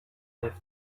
have